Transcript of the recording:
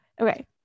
Okay